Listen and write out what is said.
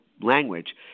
language